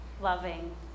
loving